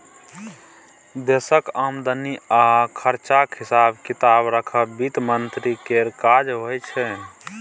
देशक आमदनी आ खरचाक हिसाब किताब राखब बित्त मंत्री केर काज होइ छै